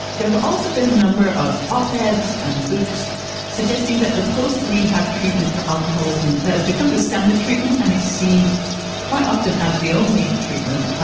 there have also been a number of up heads and books suggesting that the post-rehab treatment for alcoholism that's become the standard treatment and is seen quite often as the only treatment.